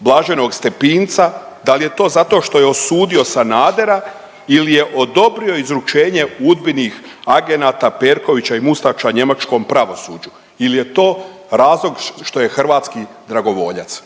blaženog Stepinca, da li je to zato što je osudio Sanadera ili je odobrio izručenje Udbinih agenata Perkovića i Mustača njemačkom pravosuđu ili je to razlog što je hrvatski dragovoljac?